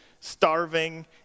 starving